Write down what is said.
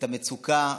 את המצוקה,